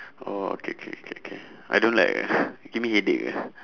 oh K K K K I don't like ah give me headache ah